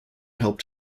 helped